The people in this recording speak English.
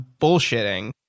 bullshitting